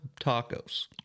tacos